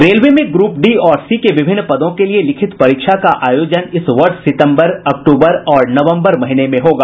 railway में group D और C के विभिन्न पदों के लिये लिखित परीक्षा का आयोजन इस वर्ष सितम्बर अक्टूबर और नवम्बर महीने में होगी